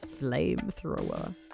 flamethrower